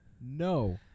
No